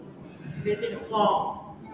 within a floor think you can it you mention long term